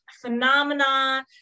phenomenon